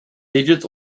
digits